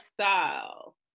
style